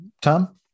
tom